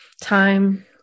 time